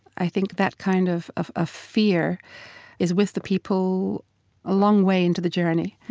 i think that kind of of ah fear is with the people a long way into the journey.